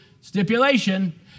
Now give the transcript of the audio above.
stipulation